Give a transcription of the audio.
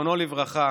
זיכרונו לברכה,